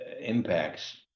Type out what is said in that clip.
impacts